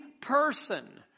person